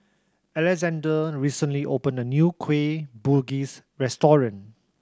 Alexander recently opened a new Kueh Bugis restaurant